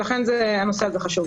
ולכן הנושא הזה חשוב.